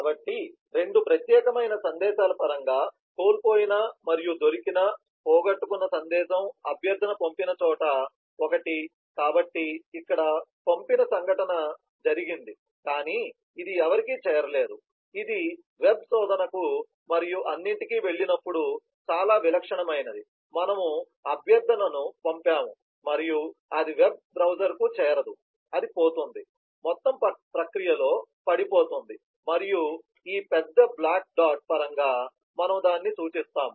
కాబట్టి రెండు ప్రత్యేకమైన సందేశాల పరంగా కోల్పోయిన మరియు దొరికిన పోగొట్టుకున్న సందేశం అభ్యర్థన పంపిన చోట ఒకటి కాబట్టి ఇక్కడ పంపిన సంఘటన జరిగింది కానీ ఇది ఎవరికీ చేరలేదు ఇది వెబ్ శోధనకు మరియు అన్నింటికీ వెళ్ళినప్పుడు చాలా విలక్షణమైనది మనము అభ్యర్థనను పంపాము మరియు అది వెబ్ బ్రౌజర్కు చేరదు అది పోతుంది మొత్తం ప్రక్రియలో పడిపోతుంది మరియు ఈ పెద్ద బ్లాక్ డాట్ పరంగా మనము దానిని సూచిస్తాము